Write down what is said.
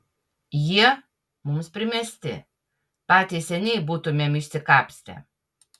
jie mums primesti patys seniai būtumėm išsikapstę